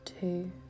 two